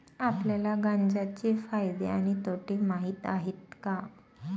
आपल्याला गांजा चे फायदे आणि तोटे माहित आहेत का?